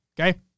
okay